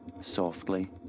softly